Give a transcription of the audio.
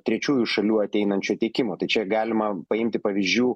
trečiųjų šalių ateinančio tiekimo tai čia galima paimti pavyzdžių